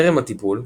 טרם הטיפול,